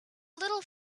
little